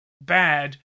bad